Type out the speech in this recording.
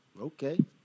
okay